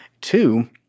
Two